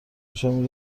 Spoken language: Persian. شامل